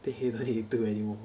then he don't need to do anymore